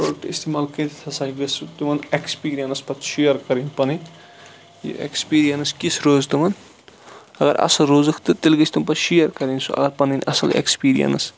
product اِستعمال کٔرِتھ ہَسا گَژھِ سُہ تِمَن ایٚکسپیٖریَنس پَتہٕ شیر کَرٕنۍ پَتہٕ پَنٕنۍ یہِ ایٚکسپیٖریَنس کِژھ روٗز تِمَن اَگَر اصل روٗزٕکھ تہٕ تیٚلہ گٔژھۍ تِم پَتہٕ شیر کَرٕنۍ سۄ پَنٕنۍ اصل ایٚکسپیٖریَنس